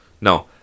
No